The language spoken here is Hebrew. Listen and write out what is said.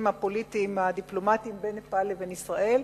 הפוליטיים הדיפלומטיים בין נפאל לבין ישראל.